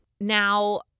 Now